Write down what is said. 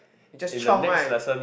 just chiong right